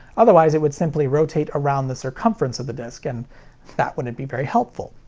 otherwise it would simply rotate around the circumference of the disc, and that wouldn't be very helpful.